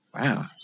wow